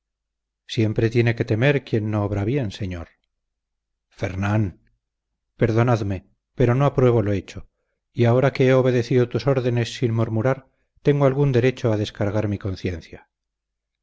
siempre tiene que temer quien no obra bien señor fernán perdonadme pero no apruebo lo hecho y ahora que he obedecido tus órdenes sin murmurar tengo algún derecho a descargar mi conciencia